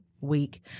week